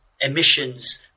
emissions